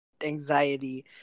anxiety